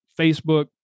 Facebook